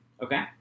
Okay